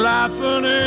Laughing